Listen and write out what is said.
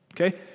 Okay